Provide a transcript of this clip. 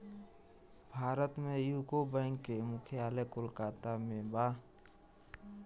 भारत में यूको बैंक के मुख्यालय कोलकाता में बा